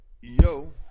Yo